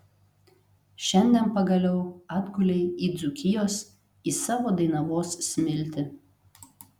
šiandien pagaliau atgulei į dzūkijos į savo dainavos smiltį